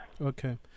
Okay